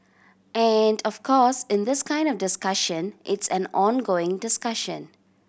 and of course in this kind of discussion it's an ongoing discussion